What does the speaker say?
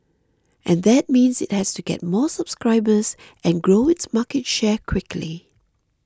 and that means it has to get more subscribers and grow its market share quickly